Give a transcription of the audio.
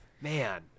man